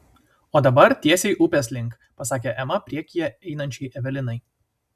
o dabar tiesiai upės link pasakė ema priekyje einančiai evelinai